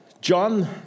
John